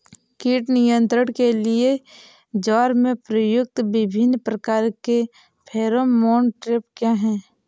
कीट नियंत्रण के लिए ज्वार में प्रयुक्त विभिन्न प्रकार के फेरोमोन ट्रैप क्या है?